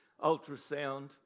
ultrasound